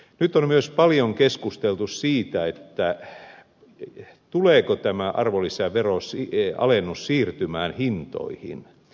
nyt on myös paljon keskusteltu siitä tuleeko arvonlisäveron alennus siirtymään hintoihin